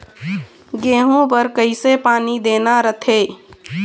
गेहूं बर कइसे पानी देना रथे?